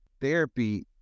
therapy